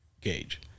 gauge